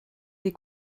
des